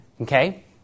okay